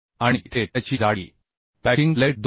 आणि इथे त्याची जाडी पॅकिंग प्लेट 2 मि